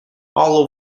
all